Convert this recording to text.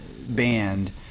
band